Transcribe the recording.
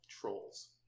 Trolls